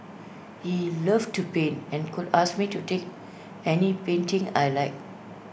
he loved to paint and could ask me to take any painting I liked